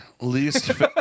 least